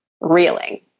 reeling